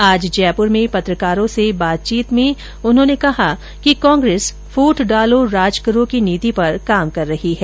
आज जयपुर में पत्रकारों से बातचीत में उन्होंने कहा कि कांग्रेस फूट डालो राज करो की नीति पर काम कर रही है